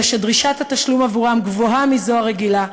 אלא שדרישת התשלום עבורם גבוהה מזו הרגילה,